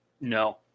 No